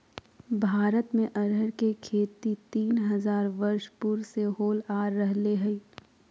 भारत में अरहर के खेती तीन हजार वर्ष पूर्व से होल आ रहले हइ